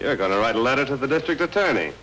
you're going to write a letter to the district attorney